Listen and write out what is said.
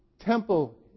temple